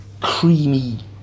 creamy